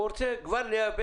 שלום לכולם.